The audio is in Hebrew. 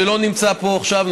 שלא נמצא פה עכשיו,